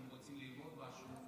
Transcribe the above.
שאם רוצים ללמוד משהו,